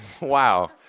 Wow